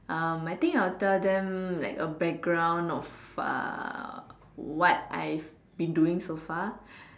um I think I'll tell them a background of uh what I've being doing so far